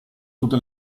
tutte